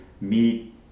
meet